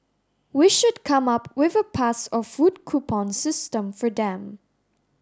we should come up with a pass or food coupon system for them